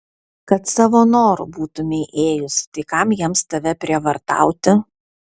kad savo noru būtumei ėjus tai kam jiems tave prievartauti